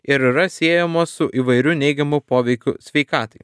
ir yra siejamos su įvairiu neigiamu poveikiu sveikatai